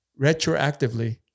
retroactively